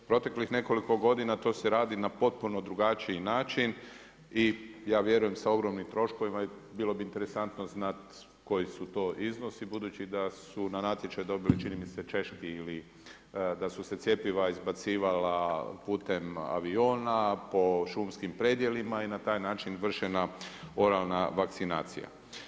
Proteklih nekoliko godina to se radi na potpuno drugačiji način i ja vjerujem sa ogromnim troškovima i bilo bi interesantno znati koji su to iznosi budući da su na natječaj dobili čini mi se Češki ili da su se cjepiva izbacivala putem aviona po šumskim predjelima i na taj način vršena oralna vakcinacija.